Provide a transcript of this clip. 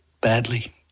badly